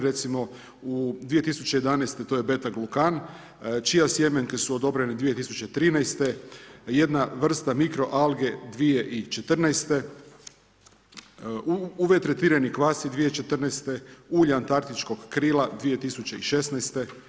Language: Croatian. Recimo u 2011. to je beta glukan čije sjemenke su odobrene 2013., jedna vrsta mikro alge 2014., UV tretirani kvasci 2014. ulja antarktičkog krila 2016.